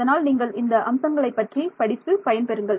அதனால் நீங்கள் இந்த அம்சங்களைப் பற்றி படித்து பயன்பெறுங்கள்